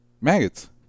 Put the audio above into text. Maggots